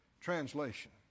translation